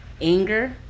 anger